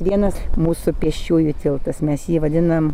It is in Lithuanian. vienas mūsų pėsčiųjų tiltas mes jį vadinam